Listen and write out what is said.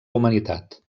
humanitat